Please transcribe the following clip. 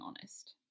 honest